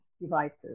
devices